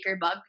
Bug